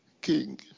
King